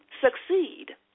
succeed